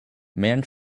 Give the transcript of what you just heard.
man